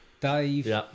Dave